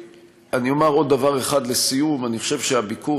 אני אומר עוד דבר אחד לסיום: אני חושב שהביקור